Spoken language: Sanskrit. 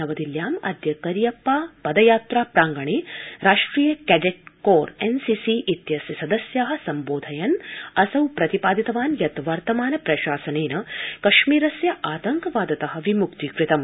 नवदिल्ल्यामद्य करिअप्पा पदयात्रा प्रांगणे राष्ट्रिय कैडे कोर सीसी इत्यस्य सदस्या सम्बोधयन् असौ प्रतिपादितवान् यत् वर्तमान प्रशासनेन कश्मीरस्य आतंकवादत विमुक्ती कृतम्